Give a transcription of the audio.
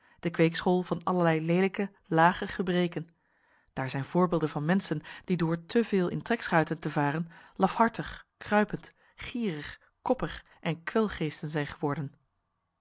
de kweekschool van allerlei leelijke lage gebreken daar zijn voorbeelden van menschen die door te veel in trekschuiten te varen lafhartig kruipend gierig koppig en kwelgeesten zijn geworden